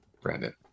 Brandon